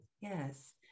Yes